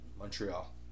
Montreal